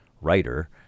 writer